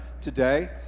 today